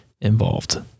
involved